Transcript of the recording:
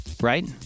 Right